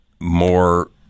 more